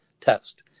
test